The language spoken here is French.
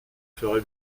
ferai